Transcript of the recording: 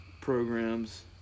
programs